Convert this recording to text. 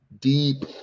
deep